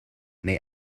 neu